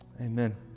Amen